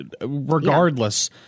regardless